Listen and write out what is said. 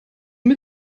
mit